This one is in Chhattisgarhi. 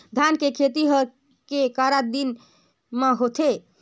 धान के खेती हर के करा दिन म होथे?